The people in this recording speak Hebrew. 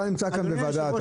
אתה נמצא כאן בוועדה.